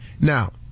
Now